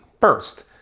first